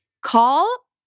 call